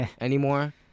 anymore